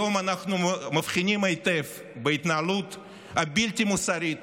היום אנו מבחינים היטב בהתנהלות הבלתי-מוסרית